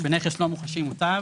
בנכס לא מוחשי מוטב